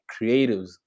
creatives